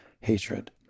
hatred